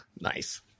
Nice